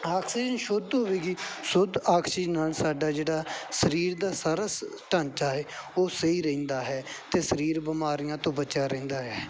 oxygen ਸ਼ੁੱਧ ਹੋਵੇਗੀ ਸ਼ੁੱਧ ਆਕਸੀਜਨ ਨਾਲ ਸਾਡਾ ਜਿਹੜਾ ਸਰੀਰ ਦਾ ਸਾਰਾ ਸ ਢਾਂਚਾ ਹੈ ਉਹ ਸਹੀ ਰਹਿੰਦਾ ਹੈ ਅਤੇ ਸਰੀਰ ਬਿਮਾਰੀਆਂ ਤੋਂ ਬਚਿਆ ਰਹਿੰਦਾ ਹੈ